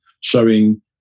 showing